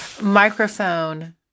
microphone